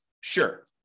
Sure